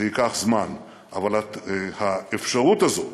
זה ייקח זמן, אבל האפשרות הזאת